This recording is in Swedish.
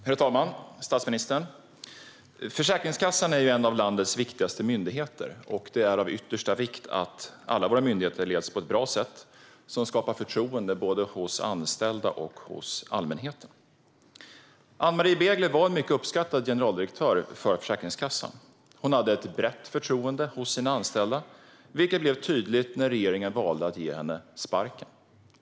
Herr talman! Statsministern! Försäkringskassan är en av landets viktigaste myndigheter. Det är av yttersta vikt att alla våra myndigheter leds på ett bra sätt som skapar förtroende hos både anställda och allmänheten. Ann-Marie Begler var en mycket uppskattad generaldirektör för Försäkringskassan. Hon hade ett brett förtroende hos sina anställda, vilket blev tydligt när regeringen valde att ge henne sparken.